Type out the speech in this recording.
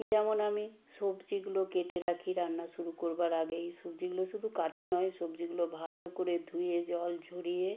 যেমন আমি সবজিগুলো কেটে রাখি রান্না শুরু করবার আগেই সবজিগুলো শুধু কাটা নয় সবজিগুলো ভালো করে ধুয়ে জল ঝরিয়ে